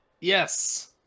Yes